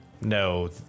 No